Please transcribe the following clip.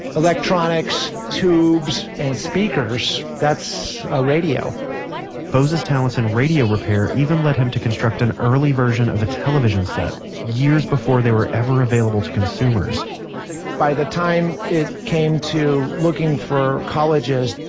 electronics, tubes, and speakers, that's a radio bose's talents in radio repair even led him to construct an early version of a television set, years before they were ever available to consumers by the time it came to looking for colleges,